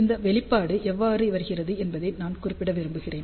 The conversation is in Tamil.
இந்த வெளிப்பாடு எவ்வாறு வருகிறது என்பதை நான் குறிப்பிட விரும்புகிறேன்